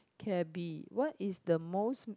cabby what is the most